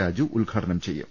രാജു ഉദ്ഘാടനം ചെയ്യും